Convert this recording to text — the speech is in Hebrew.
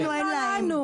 בשבילנו אין להם.